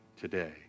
today